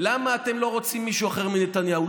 למה אתם לא רוצים מישהו אחר מנתניהו.